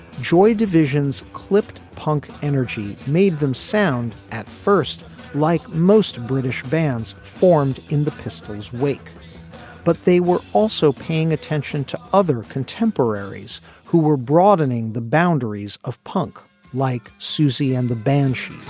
joy division's clipped punk energy made them sound at first like most british bands formed in the pistols wake but they were also paying attention to other contemporaries who were broadening the boundaries of punk like susie and the banshees